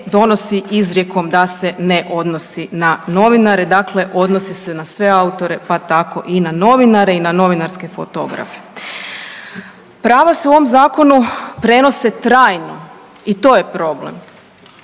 donosi izrijekom da se ne odnosi na novinare. Dakle, odnosi se na sve autore pa tako i na novinare i novinarske fotografe. Prava se u ovom zakonu prenose trajno i to je problem,